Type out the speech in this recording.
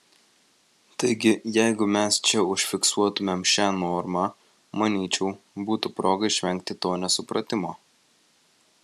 taigi jeigu mes čia užfiksuotumėm šią normą manyčiau būtų proga išvengti to nesupratimo